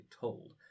told